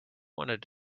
wanted